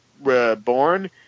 Reborn